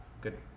good